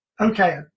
Okay